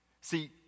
See